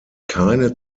keine